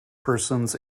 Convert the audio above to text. persons